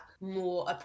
more